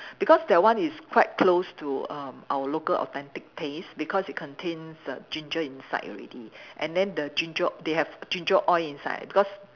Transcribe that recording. because that one is quite close to err our local authentic taste because it contains ginger inside already and then the ginger they have ginger oil inside because